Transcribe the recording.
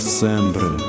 sempre